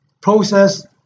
process